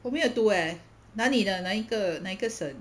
我没有读 eh 哪里的那一个那个省